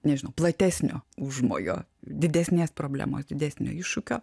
nežinau platesnio užmojo didesnės problemos didesnio iššūkio